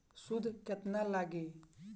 सूद केतना लागी?